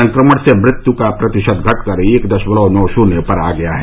संक्रमण से मृत्यु का प्रतिशत घटकर एक दशमलव नौ शून्य पर आ गया है